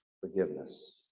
Forgiveness